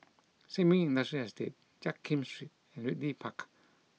Sin Ming Industrial Estate Jiak Kim Street and Ridley Park